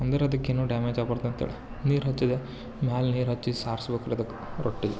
ಅಂದರೆ ಅದಕ್ಕೇನು ಡ್ಯಾಮೇಜ್ ಆಗಬಾರ್ದು ಅಂತೇಳಿ ನೀರು ಹಚ್ಚಿದೆ ಮೇಲೆ ನೀರು ಹಚ್ಚಿ ಸಾರಿಸ್ಬೇಕ್ ರೀ ಅದಕ್ಕೆ ರೊಟ್ಟಿಗೆ